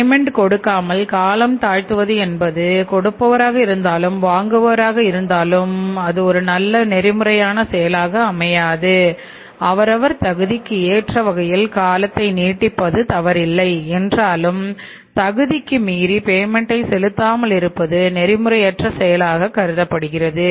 payment கொடுக்காமல் காலம் தாழ்த்துவது என்பது கொடுப்பவராக இருந்தாலும் வாங்குபவராக இருந்தாலும் அது ஒரு நல்ல நெறிமுறையான செயலாக அமையாது அவரவர் தகுதிக்கு ஏற்ற வகையில் காலத்தை நீட்டுவது தவறில்லை என்றாலும் தகுதிக்கு மீறி பேமெண்டை செலுத்தாமல் இருப்பது நெறிமுறையற்ற செயலாக கருதப்படுகிறது